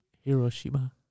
Hiroshima